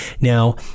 Now